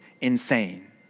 insane